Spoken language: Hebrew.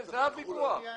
זה הוויכוח.